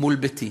מול ביתי.